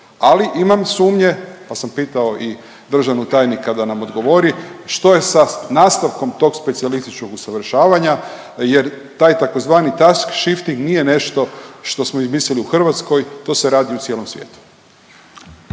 ali imam sumnje pa sam pitao i državnog tajnika da nam odgovori što je sa nastavkom tog specijalističkog usavršavanja, jer taj tzv. task shifting nije nešto što smo izmislili u Hrvatskoj. To se radi u cijelom svijetu.